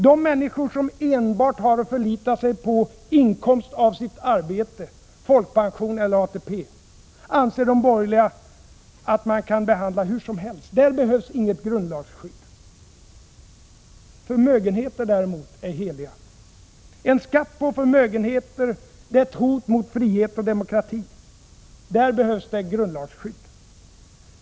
De människor som enbart har att förlita sig på inkomst av arbete, folkpension eller ATP anser de borgerliga att man kan behandla hur som helst. Där behövs inget grundlagsskydd. Förmögenheter däremot är heliga. En skatt på förmögenheter är ett hot mot frihet och demokrati. Där behövs det grundlagsskydd.